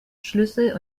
schlüssel